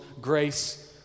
grace